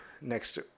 next